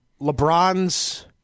LeBron's